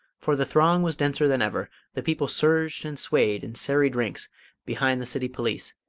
for the throng was denser than ever the people surged and swayed in serried ranks behind the city police,